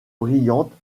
brillantes